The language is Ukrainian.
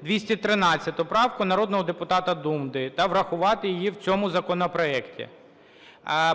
213 правку народного депутата Дунди та врахувати її в цьому законопроекті.